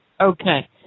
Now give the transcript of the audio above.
Okay